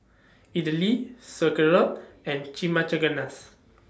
Idili Sauerkraut and